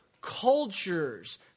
Cultures